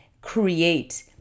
create